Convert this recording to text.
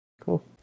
Cool